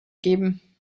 geben